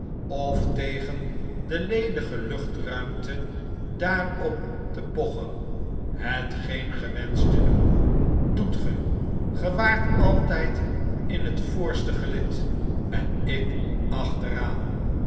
of tegen de ledige uchtraimte daaroptepochen hetgeengewenscht te doen doet ge ge waart altn'd in het voorste gelid en ik achteraan